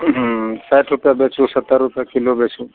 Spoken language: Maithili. साठि रूपए बेचू सत्तर रूपए किलो बेचू